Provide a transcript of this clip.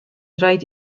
rhaid